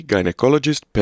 Gynecologist